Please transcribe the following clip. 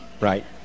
right